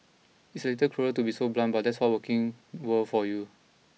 it's a little cruel to be so blunt but that's what working world for you